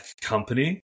company